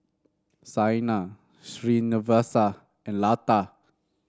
Saina Srinivasa and Lata